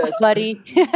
buddy